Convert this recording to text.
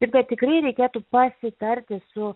taip kad tikrai reikėtų pasitarti su